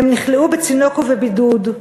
הם נכלאו בצינוק ובבידוד,